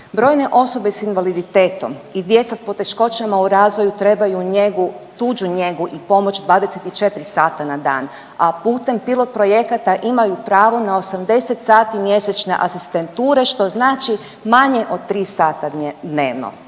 Brojne osobe s invaliditetom i djeca s poteškoćama u razvoju trebaju njegu, tuđu njegu i pomoć 24 sata na dan, a putem pilot projekata imaju pravo na 80 sati mjesečne asistenture, što znači manje od 3 sata dnevno.